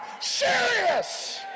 serious